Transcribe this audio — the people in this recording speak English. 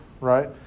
right